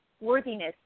worthiness